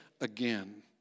again